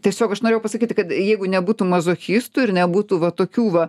tiesiog aš norėjau pasakyti kad jeigu nebūtų mazochistų ir nebūtų va tokių va